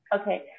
okay